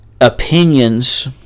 opinions